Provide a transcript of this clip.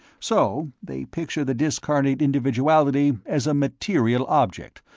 so they picture the discarnate individuality as a material object,